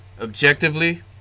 objectively